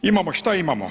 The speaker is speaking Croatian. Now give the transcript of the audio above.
Imamo, šta imamo?